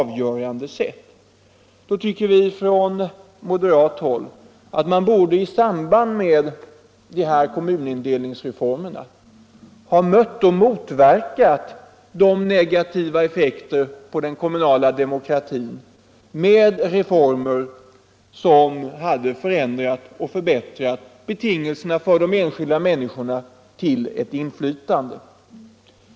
Vi tycker från moderat håll att man i samband med kommunindelningsreformerna borde ha motverkat de negativa effekterna på den kommunala demokratin med reformer som hade förändrat och förbättrat förutsättningarna för de enskilda människorna att få ett inflytande.